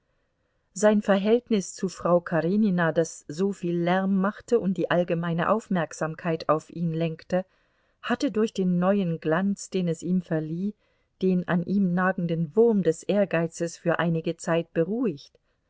sein verhältnis zu frau karenina das so viel lärm machte und die allgemeine aufmerksamkeit auf ihn lenkte hatte durch den neuen glanz den es ihm verlieh den an ihm nagenden wurm des ehrgeizes für einige zeit beruhigt